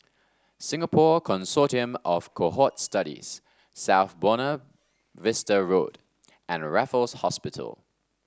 Singapore Consortium of Cohort Studies South Buona Vista Road and Raffles Hospital